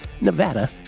Nevada